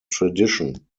tradition